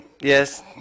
Yes